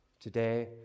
today